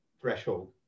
threshold